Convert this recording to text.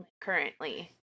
currently